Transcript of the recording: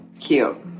Cute